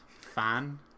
fan